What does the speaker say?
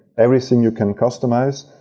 everything, you can customize.